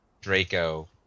Draco